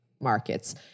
markets